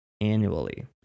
annually